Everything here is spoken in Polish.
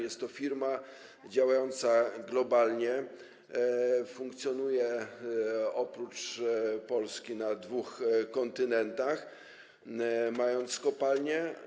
Jest to firma działająca globalnie, funkcjonuje oprócz Polski na dwóch kontynentach, mając tam kopalnie.